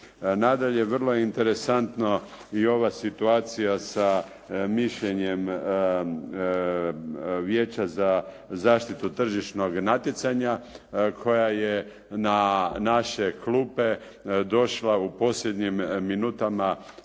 Nadalje, vrlo je interesantna i ova situacija sa mišljenjem Vijeća za zaštitu tržišnog natjecanja koja je na naše klupe došla u posljednjim minutama